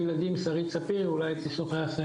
הם יודעים איזה אנשים.